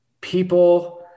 people